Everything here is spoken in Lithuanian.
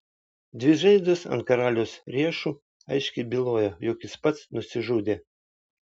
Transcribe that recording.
dvi žaizdos ant karaliaus riešų aiškiai bylojo jog jis pats nusižudė